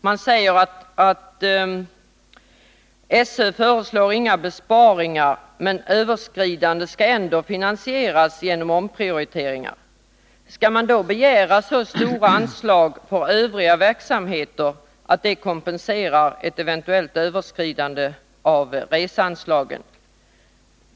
Hon säger att SÖ inte föreslår några besparingar men att överskridande ändå skall finansieras genom omprioriteringar. Skall skolorna då begära så stora anslag för övrig verksamhet att det kompenserar ett eventuellt överskridande av reseanslagen?